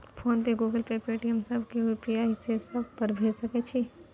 Phone पे, Google Pay, Paytm, सब के UPI से सब पर भेज सके छीयै?